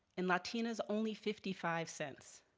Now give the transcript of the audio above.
and latinas only fifty five cents.